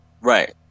Right